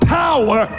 power